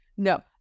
No